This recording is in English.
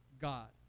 God